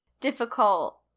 difficult